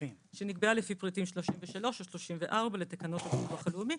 שנקבעה לפי פריטים 33 או 34 לתקנות הביטוח הלאומי.